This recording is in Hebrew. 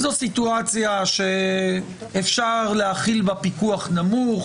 זו סיטואציה שאפשר להחיל בה פיקוח נמוך.